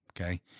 Okay